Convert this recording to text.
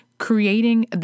Creating